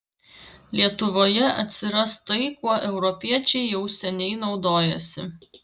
lietuvoje atsiras tai kuo europiečiai jau seniai naudojasi